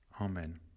Amen